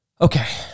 Okay